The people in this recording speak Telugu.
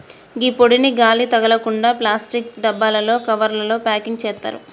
గీ పొడిని గాలి తగలకుండ ప్లాస్టిక్ డబ్బాలలో, కవర్లల ప్యాకింగ్ సేత్తారు